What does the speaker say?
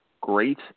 great